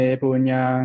punya